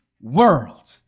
world